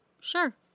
Sure